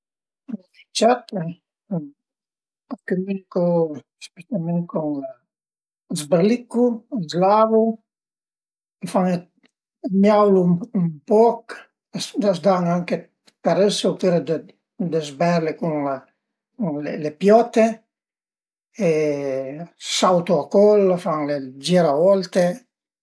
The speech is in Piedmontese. I ciat a cumünicu specialment cun a s'berlicu, a s'lavu, a fan, a miaulu ën poch, a s'dan anche dë carësse opüra dë sberle cun le piote e sauta a col, fan le giravolte